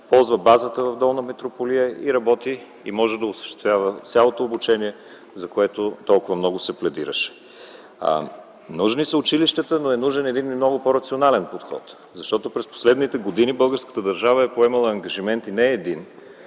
ползва базата в Долна Митрополия, работи и може да осъществява цялото обучение, за което толкова много се пледираше. Нужни са училищата, но е нужен и много по-рационален подход, защото през последните години българската държава е поемала ангажименти, не един,